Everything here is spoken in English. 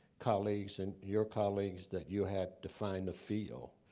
colleagues and your colleagues, that you had defined a field.